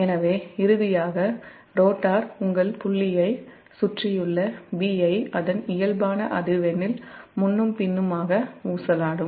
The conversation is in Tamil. எனவே இறுதியாக ரோட்டார் உங்கள் புள்ளியைச் சுற்றியுள்ள 'b' ஐ அதன் இயல்பான அதிர்வெண்ணில் முன்னும் பின்னுமாக ஊசலாடும்